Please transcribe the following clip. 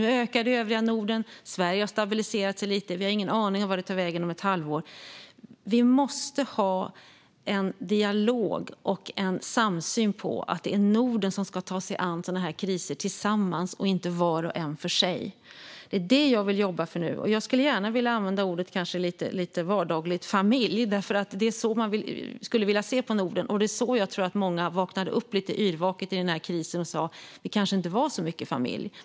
Nu ökar det i övriga Norden, och Sverige har stabiliserat sig lite. Vi har ingen aning om vart det kommer att ha tagit vägen om ett halvår. Vi måste ha en dialog och en samsyn om att det är Norden som ska ta sig an sådana här kriser tillsammans och inte var och en för sig. Det är det jag vill jobba för nu. Jag skulle gärna vilja använda ordet familj, kanske lite vardagligt, för det är så man skulle vilja se på Norden. Jag tror att många vaknade upp lite yrvaket i den här krisen och sa att vi kanske inte var så mycket familj.